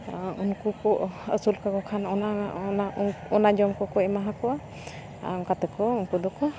ᱩᱱᱠᱩ ᱠᱚ ᱟᱹᱥᱩᱞ ᱠᱟᱠᱚ ᱠᱷᱟᱱ ᱚᱱᱟ ᱡᱚᱢ ᱠᱚᱠᱚ ᱮᱢᱟ ᱠᱚᱣᱟ ᱟᱨ ᱚᱱᱠᱟ ᱛᱮᱠᱚ ᱩᱱᱠᱩ ᱫᱚᱠᱚ